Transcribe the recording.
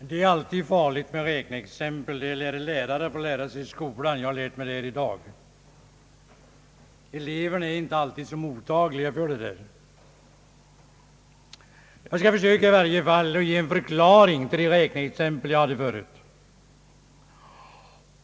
Herr talman! Att det alltid är farligt med räkneexempel får lärarna ofta erfara i skolorna. Jag har lärt mig det här i dag. Eleverna är inte alltid mottagliga för räkneexempel. Jag skall försöka ge en förklaring till det räkneexempel jag anförde nyss.